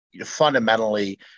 fundamentally